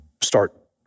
start